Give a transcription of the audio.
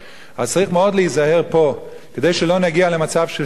אז צריך מאוד להיזהר פה, כדי שלא נגיע למצב של שם,